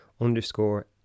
underscore